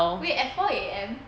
wait at four A_M